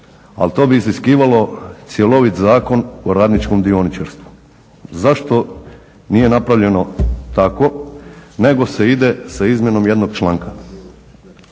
ali to bi iziskivalo cjelovit Zakon o radničkom dioničarstvu. Zašto nije napravljeno tako nego se ide sa izmjenom jednog članka?